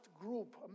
group